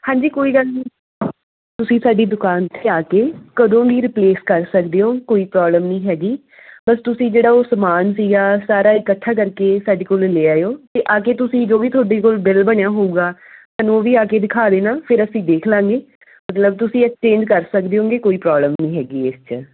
ਹਾਂਜੀ ਕੋਈ ਗੱਲ ਨਹੀਂ ਤੁਸੀਂ ਸਾਡੀ ਦੁਕਾਨ 'ਤੇ ਆ ਕੇ ਕਦੋਂ ਵੀ ਰਿਪਲੇਸ ਕਰ ਸਕਦੇ ਹੋ ਕੋਈ ਪ੍ਰੋਬਲਮ ਨਹੀਂ ਹੈਗੀ ਬਸ ਤੁਸੀਂ ਜਿਹੜਾ ਉਹ ਸਮਾਨ ਸੀਗਾ ਸਾਰਾ ਇਕੱਠਾ ਕਰਕੇ ਸਾਡੇ ਕੋਲ ਲੈ ਆਇਓ ਅਤੇ ਆ ਕੇ ਤੁਸੀਂ ਜੋ ਵੀ ਤੁਹਾਡੀ ਕੋਲ ਬਿਲ ਬਣਿਆ ਹੋਊਗਾ ਸਾਨੂੰ ਉਹ ਵੀ ਆ ਕੇ ਦਿਖਾ ਦੇਣਾ ਫਿਰ ਅਸੀਂ ਦੇਖ ਲਾਂਗੇ ਮਤਲਬ ਤੁਸੀਂ ਐਕਸਚੇਂਜ ਕਰ ਸਕਦੇ ਹੋਗੇ ਕੋਈ ਪ੍ਰੋਬਲਮ ਨਹੀਂ ਹੈਗੀ ਇਸ 'ਚ